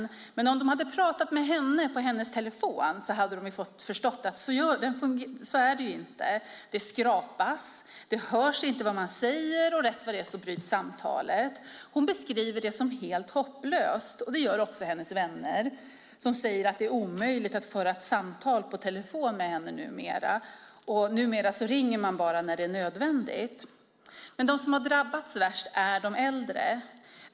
Men om man från Telia hade pratat med kvinnan på hennes telefon hade man förstått att så är det inte. Det skrapas, det hörs inte vad man säger, och rätt vad det är bryts samtalet. Hon beskriver det som helt hopplöst, och det gör även hennes vänner som säger att det är omöjligt att föra ett samtal på telefon med henne numera. Man ringer bara när det är nödvändigt. De som drabbats värst är de äldre.